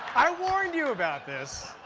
i warned you about this!